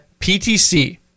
PTC